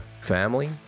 family